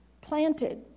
planted